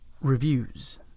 reviews